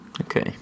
Okay